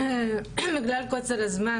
בגלל קוצר הזמן,